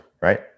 right